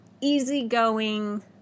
easygoing